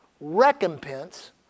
recompense